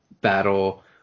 battle